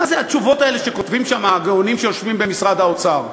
מה זה התשובות האלה שכותבים שם הגאונים שיושבים במשרד האוצר?